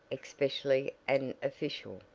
especially an official,